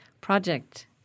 project